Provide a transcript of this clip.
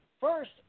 first